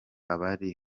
abari